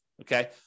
okay